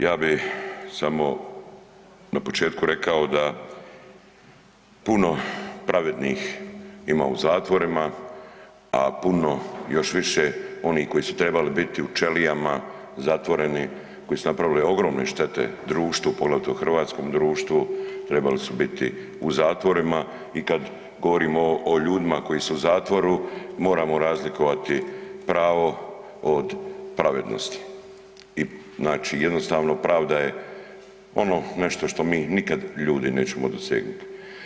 Ja bih samo na početku rekao da puno pravednih ima u zatvorima, a puno, još više onih koji su trebali biti u čelijama zatvoreni, koji su napravili ogromne štete društvu, poglavito hrvatskom društvu, trebali su bili u zatvorima i kad govorimo o ljudima koji su u zatvoru, moramo razlikovati pravo od pravednosti i znači, jednostavno, pravda je ono nešto što mi nikad ljudi nećemo dosegnuti.